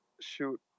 shoot